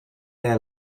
their